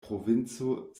provinco